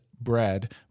bread